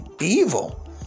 evil